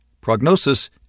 prognosis